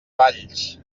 valls